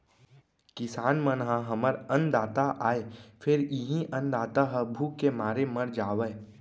किसान मन ह हमर अन्नदाता आय फेर इहीं अन्नदाता ह भूख के मारे मर जावय